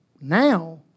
now